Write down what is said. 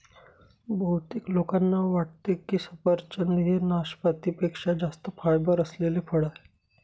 बहुतेक लोकांना वाटते की सफरचंद हे नाशपाती पेक्षा जास्त फायबर असलेले फळ आहे